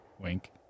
Wink